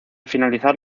finalizar